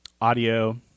audio